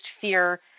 fear